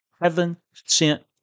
heaven-sent